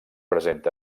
present